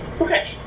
Okay